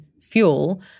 fuel